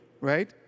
right